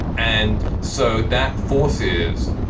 and so that forces.